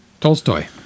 Tolstoy